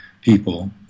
people